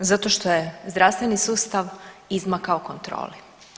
Zato što je zdravstveni sustav izmakao kontroli.